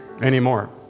anymore